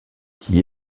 qui